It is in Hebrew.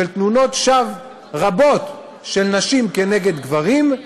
של תלונות שווא רבות של נשים נגד גברים,